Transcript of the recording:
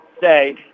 say